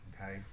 okay